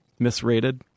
misrated